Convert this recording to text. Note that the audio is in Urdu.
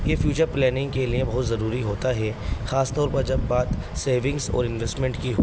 یہ فیوچر پلاننگ کے لیے بہت ضروری ہوتا ہے خاص طور پر جب بات سیونگس اور انویسٹمنٹ کی ہو